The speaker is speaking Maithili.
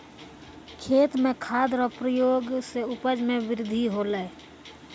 खेत मे खाद रो प्रयोग से उपज मे बृद्धि होलै